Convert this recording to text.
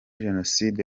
jenoside